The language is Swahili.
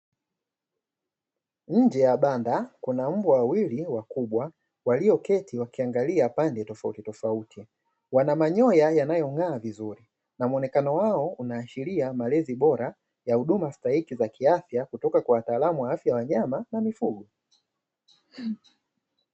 Nje ya banda kuna mbwa wawili wakubwa walioketi wakiangalia pande tofautitofauti wana manyoya yanayongaa vizuri na muonekano wao unashiria malezi bora ya huduma staiki za kiafya kutoka kwa wataalamu wa afya ya wanyama na mifugo.